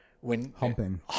Humping